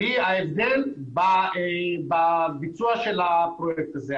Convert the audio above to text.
היא ההבדל בביצוע של הפרויקט הזה.